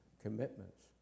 commitments